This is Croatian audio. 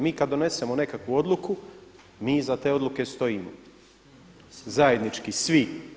Mi kad donesemo nekakvu odluku, mi iza te odluke stojimo zajednički svi.